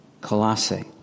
Colossae